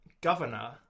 governor